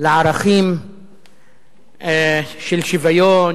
לערכים של שוויון,